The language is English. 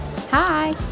hi